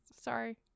Sorry